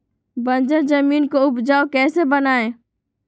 बंजर जमीन को उपजाऊ कैसे बनाय?